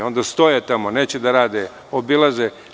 Stoje tamo, neće da rade, obilaze.